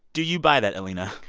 do you buy that, alina?